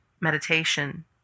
meditation